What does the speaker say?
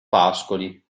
pascoli